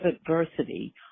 adversity